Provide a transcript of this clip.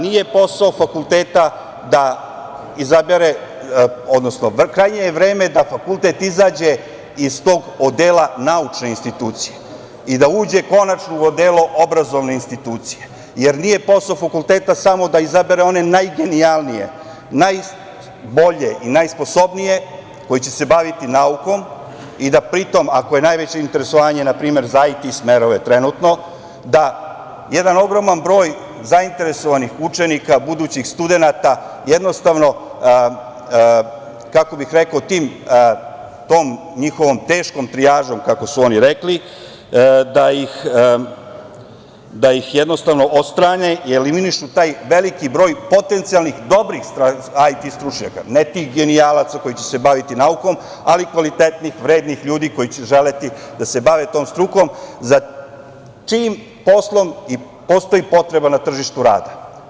Nije posao fakulteta da izabere, odnosno krajnje je vreme da fakultet izađe iz tog odela naučne institucije i da uđe konačno u odelo obrazovne institucije, jer nije posao fakulteta samo da izabere one najgenijalnije, najbolje i najsposobnije, koji će se baviti naukom i da pri tom, ako je najveće interesovanje na primer za IT smerove trenutno, da jedan ogroman broj zainteresovanih učenika budućih studenata jednostavno tom njihovom teškom trijažom, kako su oni rekli, da ih jednostavno odstrane i eliminišu taj veliki broj potencijalno dobrih IT stručnjaka, ne tih genijalaca koji će se baviti naukom, ali kvalitetnih, vrednih ljudi koji će želeti da se bave tom strukom, za čijim poslom postoji potreba na tržištu rada.